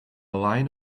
line